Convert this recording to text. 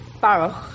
Baruch